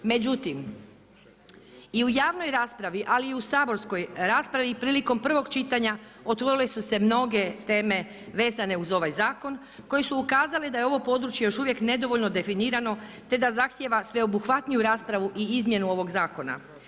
Međutim i u javnoj raspravi, ali i u saborskoj raspravi prilikom prvog čitanja otvorile su se mnoge teme vezane uz ovaj zakon koje su ukazale da je ovo područje još uvijek nedovoljno definirano, te da zahtijeva sveobuhvatniju raspravu i izmjenu ovog zakona.